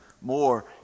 more